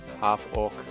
half-orc